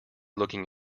looking